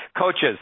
Coaches